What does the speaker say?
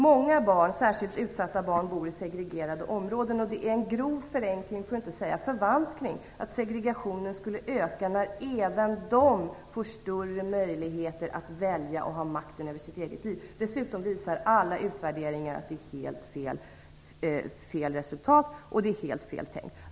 Många särskilt utsatta barn bor i segregerade områden. Det är en grov förenkling, för att inte säga en förvanskning, att säga att segregationen skulle öka när man även där får större möjligheter att välja och att ha makten över sitt eget liv. Dessutom visar alla utvärderingar att det ger helt fel resultat och att det är helt fel tänkt.